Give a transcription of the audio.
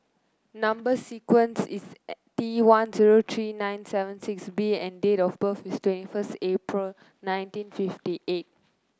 number sequence is T one zero three two nine seven six B and date of birth is twenty first April nineteen fifty eight